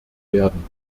werden